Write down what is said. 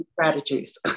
strategies